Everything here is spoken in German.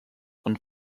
und